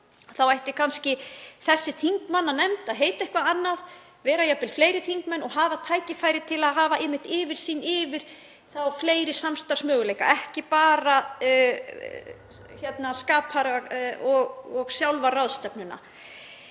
ætti þessi þingmannanefnd kannski að heita eitthvað annað, vera jafnvel fleiri þingmenn og hafa tækifæri til að hafa yfirsýn yfir fleiri samstarfsmöguleika, ekki bara SCPAR og sjálfa ráðstefnuna.